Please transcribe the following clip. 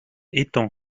étend